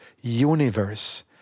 universe